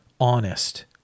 honest